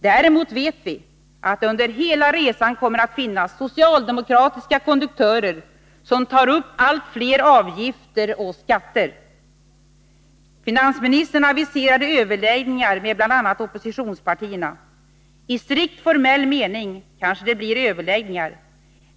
Däremot vet vi att det under hela resan kommer att finnas socialdemokratiska konduktörer som tar upp allt fler avgifter och skatter. Finansministern aviserade överläggningar med bl.a. oppositionspartierna. I strikt formell mening kanske det blir överläggningar.